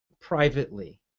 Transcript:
privately